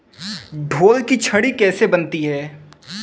ढोल की छड़ी कैसे बनती है?